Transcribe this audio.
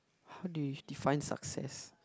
how do you define success